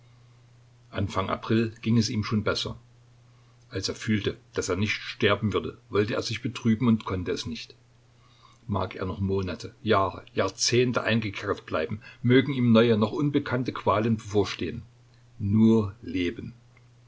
anfang april ging es ihm schon besser als er fühlte daß er nicht sterben würde wollte er sich betrüben und konnte es nicht mag er noch monate jahre jahrzehnte eingekerkert bleiben mögen ihm neue noch unbekannte qualen bevorstehen nur leben